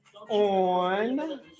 on